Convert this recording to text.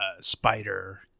spider